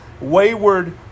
wayward